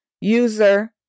user